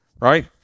right